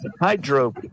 Hydro